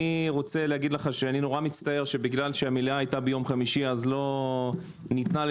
אני מצטער שבגלל שהמליאה היתה ביום חמישי לא היתה לי